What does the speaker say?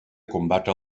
combatre